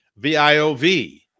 VIOV